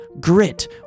grit